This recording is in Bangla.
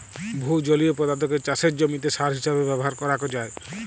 বহু জলীয় পদার্থকে চাসের জমিতে সার হিসেবে ব্যবহার করাক যায়